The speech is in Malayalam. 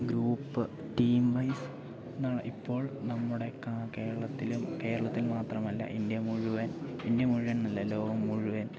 ഗ്രൂപ്പ് ടീം വൈസ് ന്നാണ് ഇപ്പോൾ നമ്മുടെ കാ കേരളത്തിലും കേരളത്തിൽ മാത്രമല്ല ഇന്ത്യ മുഴുവൻ ഇന്ത്യ മുഴുവൻ എന്നല്ല ലോകം മുഴുവൻ